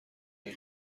های